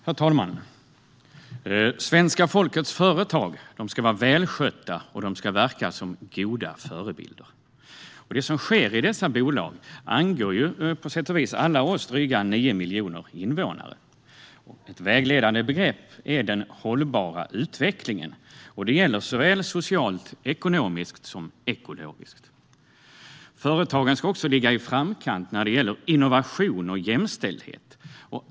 Herr talman! Svenska folkets företag ska vara välskötta och verka som goda förebilder. Det som sker i dessa bolag angår på sätt och vis alla oss dryga 9 miljoner invånare. Ett vägledande begrepp är den hållbara utvecklingen. Det gäller såväl socialt som ekonomiskt och ekologiskt. Företagen ska också ligga i framkant när det gäller innovation och jämställdhet.